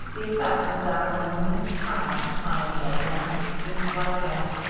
the effect was that of a luminous crown upon a gigantic, sphinx-like head.